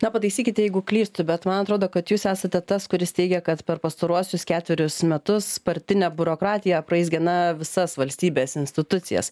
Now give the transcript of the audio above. na pataisykite jeigu klystu bet man atrodo kad jūs esate tas kuris teigia kad per pastaruosius ketverius metus partine biurokratija apraizgė na visas valstybės institucijas